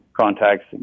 contacts